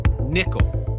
nickel